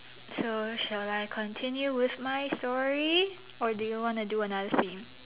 so shall I continue with my story or do you wanna do another theme